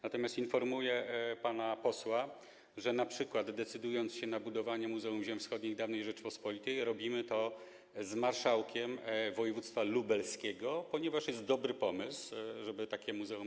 Natomiast informuję pana posła, że np. decydując się na budowanie Muzeum Ziem Wschodnich Dawnej Rzeczypospolitej, robimy to z marszałkiem województwa lubelskiego, ponieważ dobrym pomysłem jest to, żeby utworzyć takie muzeum.